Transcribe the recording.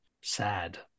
sad